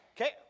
Okay